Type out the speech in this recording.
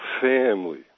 family